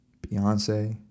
Beyonce